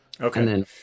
Okay